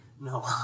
no